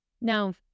Now